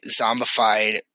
zombified